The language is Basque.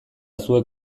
zuek